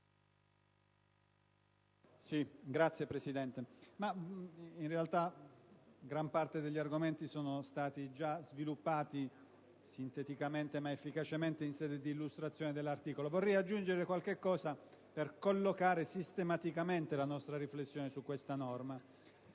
*(PD)*. In realtà, gran parte degli argomenti sono stati già sviluppati sinteticamente ma efficacemente, in sede di illustrazione dell'articolo. Vorrei aggiungere qualcosa per collocare sistematicamente la nostra riflessione su questa norma.